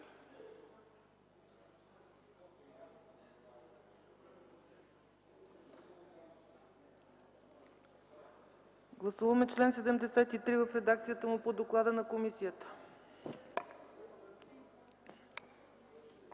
гласуване чл. 91 в редакцията по доклада на комисията.